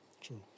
true